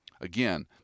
Again